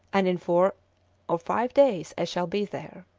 and in four or five days i shall be there.